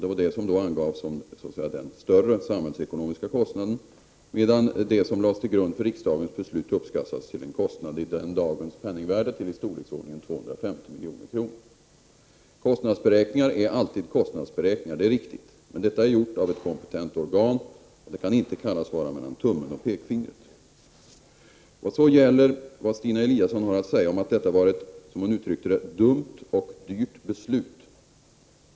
Det var vad som angavs som den större samhällsekonomiska kostnaden, medan det förslag som lades till grund för riksdagens beslut uppskattades till en kostnad i den dagens penningvärde på ca 250 milj.kr. Kostnadsberäkningar är alltid kostnadsberäkningar, det är riktigt. Men denna kalkyl har gjorts av ett kompetent organ och kan inte sägas vara gjord mellan tummen och pekfingret. Stina Eliasson säger att detta var ett — som hon uttryckte det — dumt och dyrt beslut.